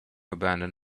abandon